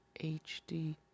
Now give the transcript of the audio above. HD